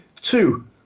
two